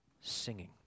singing